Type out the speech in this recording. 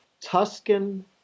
Tuscan